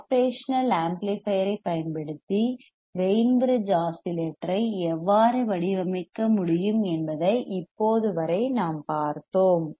operational amplifier ஐப் பயன்படுத்தி Wien bridge ஆஸிலேட்டரை எவ்வாறு வடிவமைக்க முடியும் என்பதை இப்போது வரை நாம் பார்த்தோம்